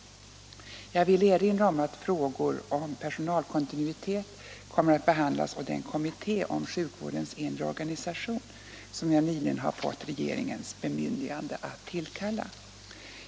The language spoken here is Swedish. Jag vill erinra om att frågor om personalkontinuitet kommer att behandlas av den kommitté rörande sjukvårdens inre organisation som jag nyligen har fått regeringens bemyndigande att tillkalla.